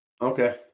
Okay